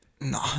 No